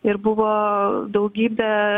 ir buvo daugybė